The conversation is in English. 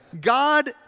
God